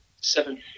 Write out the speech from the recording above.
seven